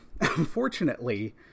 unfortunately